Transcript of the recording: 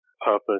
purpose